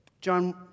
John